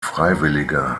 freiwillige